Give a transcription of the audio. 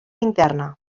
interna